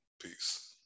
Peace